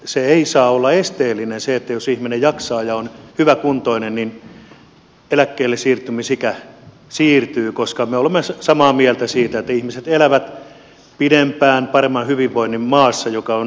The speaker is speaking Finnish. se ei saa olla este että jos ihminen jaksaa ja on hyväkuntoinen niin eläkkeellesiirtymisikä siirtyy koska me olemme samaa mieltä siitä että ihmiset elävät pidempään paremman hyvinvoinnin maassa joka on nimeltään suomi